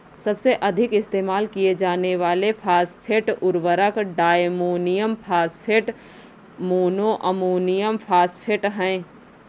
सबसे अधिक इस्तेमाल किए जाने वाले फॉस्फेट उर्वरक diammonium phosphate, mono ammonium phosphate हैं